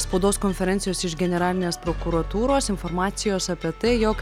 spaudos konferencijos iš generalinės prokuratūros informacijos apie tai jog